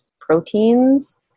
proteins